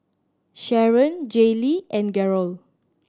Sharron Jaylee and Garold